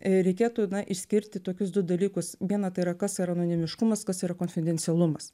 reikėtų išskirti tokius du dalykus viena tai yra kas yra anonimiškumas kas yra konfidencialumas